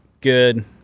good